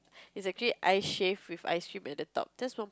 it's actually ice shave with ice cream at the top just one